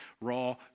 raw